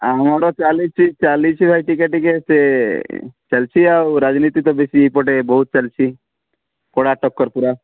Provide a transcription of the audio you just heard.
ଆମର ଚାଲିଛି ଚାଲିଛି ଭାଇ ଟିକେ ଟିକେ ସେ ଚାଲଛି ଆଉ ରାଜନୀତି ତ ବେଶୀ ଏପଟେ ବହୁତ ଚାଲଛି କଡ଼ା ଟକ୍କର ପୂରା